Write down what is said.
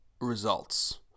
results